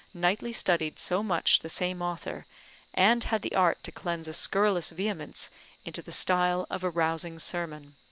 nightly studied so much the same author and had the art to cleanse a scurrilous vehemence into the style of a rousing sermon.